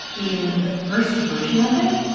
in the first version of it?